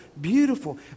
beautiful